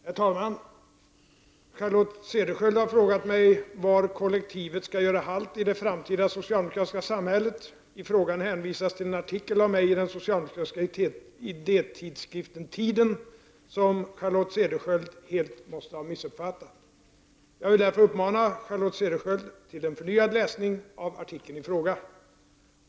Herr talman! Charlotte Cederschiöld har frågat mig var kollektivet skall göra halt i det framtida socialdemokratiska samhället. I frågan hänvisas till en artikel av mig i den socialdemokratiska idétidskriften Tiden som Charlotte Cederschiöld helt måste ha missuppfattat. Jag vill därför uppmana Charlotte Cederschiöld till en förnyad läsning av artikeln i fråga.